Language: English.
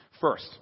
First